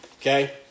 okay